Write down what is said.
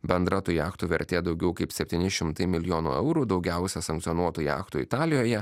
bendra tų jachtų vertė daugiau kaip septyni šimtai milijonų eurų daugiausia sankcionuotų jachtų italijoje